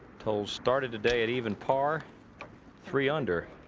total started today at even par three under.